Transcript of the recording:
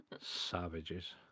Savages